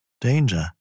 Danger